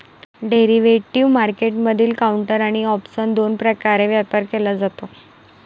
derivative मार्केटमधील counter आणि option दोन प्रकारे व्यापार केला जातो